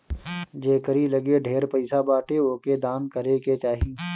जेकरी लगे ढेर पईसा बाटे ओके दान करे के चाही